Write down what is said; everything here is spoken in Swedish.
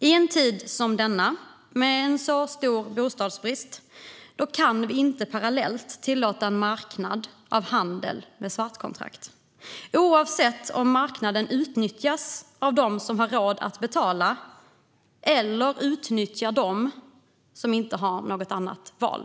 I en tid som denna, med en så stor bostadsbrist, kan vi inte parallellt tillåta en marknad för handel med svartkontrakt - oavsett om marknaden utnyttjas av dem som har råd att betala eller utnyttjar dem som inte har något annat val.